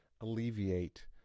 alleviate